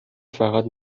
فقط